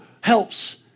helps